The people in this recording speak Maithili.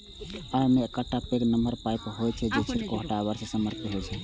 अय मे एकटा पैघ नमहर पाइप होइ छै, जे छिड़काव टावर सं समर्थित होइ छै